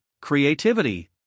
creativity